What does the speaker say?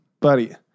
Buddy